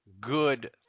good